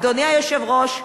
אדוני היושב-ראש,